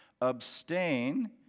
abstain